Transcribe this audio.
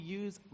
use